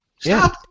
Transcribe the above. Stop